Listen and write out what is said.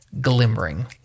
glimmering